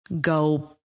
go